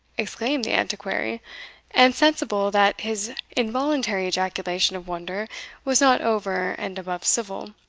exclaimed the antiquary and, sensible that his involuntary ejaculation of wonder was not over and above civil,